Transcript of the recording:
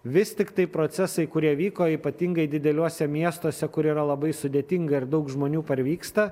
vis tiktai procesai kurie vyko ypatingai dideliuose miestuose kur yra labai sudėtinga ir daug žmonių parvyksta